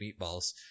meatballs